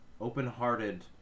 open-hearted